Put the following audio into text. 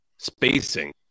Spacing